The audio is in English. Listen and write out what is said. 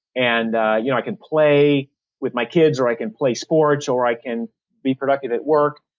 and ah you know i can play with my kids, or i can play sports, or i can be productive at work.